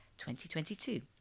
2022